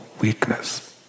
weakness